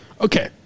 Okay